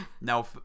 now